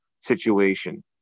situation